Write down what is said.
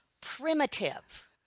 primitive